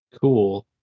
Cool